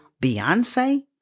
Beyonce